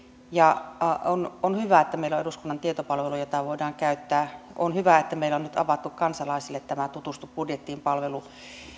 on on hyvä että meillä on eduskunnan tietopalvelu jota voidaan käyttää on hyvä että meillä on nyt avattu kansalaisille tämä tutustu budjettiin palvelu